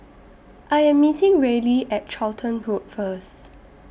I Am meeting Reilly At Charlton Road First